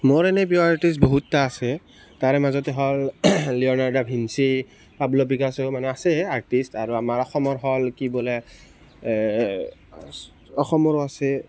মোৰ এনে প্ৰিয় আৰ্টিষ্ট বহুতটা আছে তাৰে মাজতে হ'ল Leonardo da Vinci Pablo Picasso মানে আছে আৰ্টিষ্ট আৰু আমাৰ অসমৰ হ'ল কি বোলে অসমৰো আছে